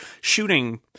shooting